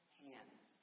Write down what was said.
hands